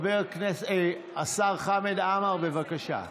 השר חמד עמאר, בבקשה.